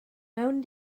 mewn